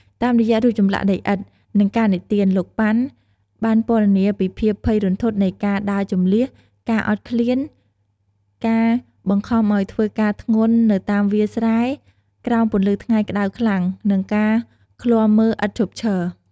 តាមរយៈរូបចម្លាក់ដីឥដ្ឋ និងការនិទាន លោក ប៉ាន់ បានពណ៌នាពីភាពភ័យរន្ធត់នៃការដើរជម្លៀស ការអត់ឃ្លាន ការបង្ខំឲ្យធ្វើការធ្ងន់នៅតាមវាលស្រែ ក្រោមពន្លឺថ្ងៃក្ដៅខ្លាំង និងការឃ្លាំមើលឥតឈប់ឈរ។